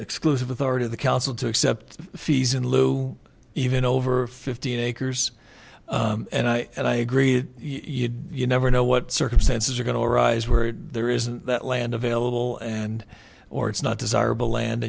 exclusive authority of the council to accept fees in lieu even over fifteen acres and i agree with you you never know what circumstances are going to arise where there isn't that land available and or it's not desirable land